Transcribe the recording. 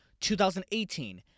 2018